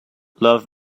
love